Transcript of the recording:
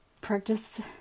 practice